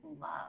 love